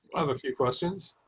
have a few questions.